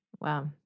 Wow